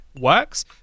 works